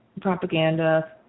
propaganda